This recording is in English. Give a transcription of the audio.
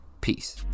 Peace